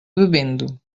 bebendo